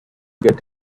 get